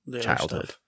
Childhood